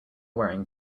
wearing